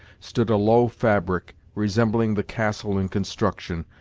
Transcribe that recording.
stood a low fabric, resembling the castle in construction,